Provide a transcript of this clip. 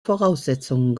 voraussetzungen